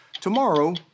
Tomorrow